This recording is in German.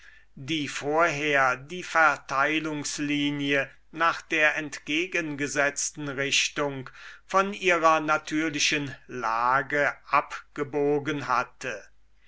die vorher die verteilungslinie nach der entgegengesetzten richtung von ihrer natürlichen lage abgebogen hatte